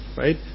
Right